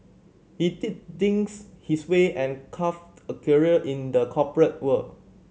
he did things his way and carved a career in the corporate world